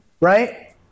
Right